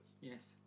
Yes